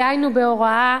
דהיינו בהוראה,